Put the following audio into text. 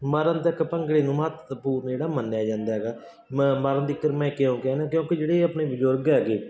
ਮਰਨ ਤੱਕ ਭੰਗੜੇ ਨੂੰ ਮਹੱਤਵਪੂਰਣ ਜਿਹੜਾ ਮੰਨਿਆ ਜਾਂਦਾ ਹੈਗਾ ਮਰ ਮਰਨ ਤੀਕਰ ਮੈਂ ਕਿਉਂ ਕਿਹਾ ਨਾ ਕਿਉਂਕਿ ਜਿਹੜੇ ਆਪਣੇ ਬਜ਼ੁਰਗ ਹੈਗੇ